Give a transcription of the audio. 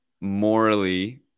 morally